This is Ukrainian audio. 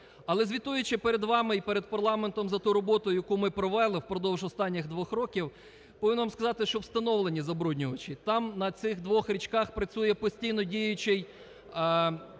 Але, звітуючи перед вами і перед парламентом за ту роботу, яку ми провели впродовж останніх двох років, повинен сказати, що встановлені забруднювачі. Там на цих двох річках працює постійно діючий пост